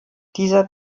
dieser